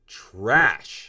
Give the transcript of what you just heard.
trash